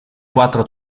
quattro